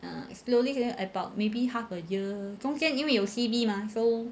err slowly you know about maybe half a year 中间因为有 C_B mah so